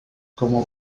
como